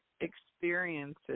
experiences